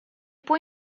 può